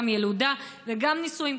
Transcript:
גם ילודה וגם נישואים.